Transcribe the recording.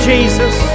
Jesus